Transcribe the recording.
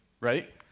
right